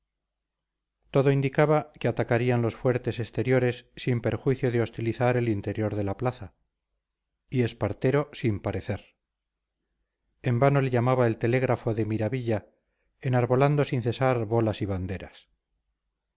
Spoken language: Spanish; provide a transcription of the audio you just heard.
todo indicaba que atacarían los fuertes exteriores sin perjuicio de hostilizar el interior de la plaza y espartero sin parecer en vano le llamaba el telégrafo de miravilla enarbolando sin cesar bolas y banderas